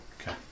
Okay